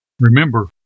Remember